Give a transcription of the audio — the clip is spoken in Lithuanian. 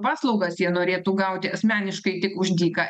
paslaugas jie norėtų gauti asmeniškai tik už dyką